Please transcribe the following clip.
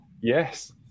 Yes